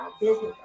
business